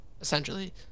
Essentially